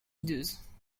hideuses